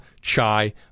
chai